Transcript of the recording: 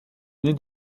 nez